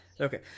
Okay